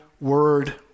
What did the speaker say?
word